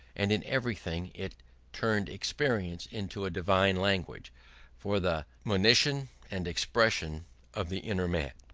and in everything it turned experience into a divine language for the monition and expression of the inner man.